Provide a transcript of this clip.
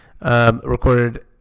Recorded